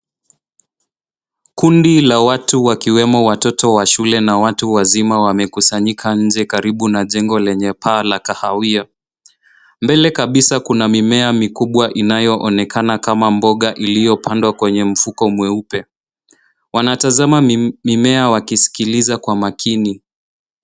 Kundi la watu wakiwemo watoto wa shule na watu wazima wamekusanyika nje, karibu na jengo lenye paa la kahawia. Mbele kabisa kuna mimea mikubwa inayo onekana kama mboga iliyopandwa kwenye mfuko mweupe. Wanatazama mimea wakisikiliza kwa makini.